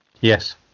Yes